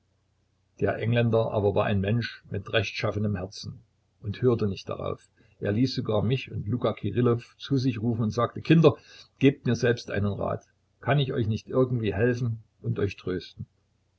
der engländer aber war ein mensch mit rechtschaffnem herzen und hörte nicht darauf er ließ sogar mich und luka kirillow zu sich rufen und sagte kinder gebt mir selbst einen rat kann ich euch nicht irgendwie helfen und euch trösten